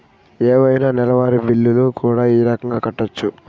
ఏవైనా నెలవారి బిల్లులు కూడా ఈ రకంగా కట్టొచ్చు